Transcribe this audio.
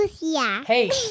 Hey